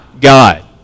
God